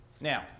Now